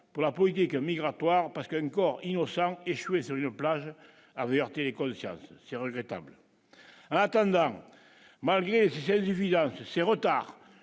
pour la politique migratoire parce qu'encore innocent échoué sur une plage avait heurté les consciences, c'est regrettable, attendant malgré celle du village ces retards,